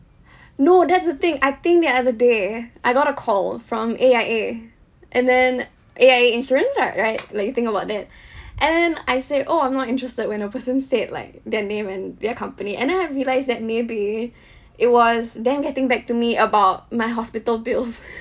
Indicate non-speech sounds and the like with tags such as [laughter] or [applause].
[breath] no that's the thing I think the other day I got a call from A_I_A and then A_I_A insurance lah right like you think about that [breath] and then I said oh I'm not interested when a person said like their name and their company and then I realized that maybe [breath] it was them getting back to me about my hospital bills [laughs]